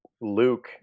luke